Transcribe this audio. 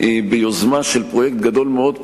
ביוזמה של פרויקט גדול מאוד,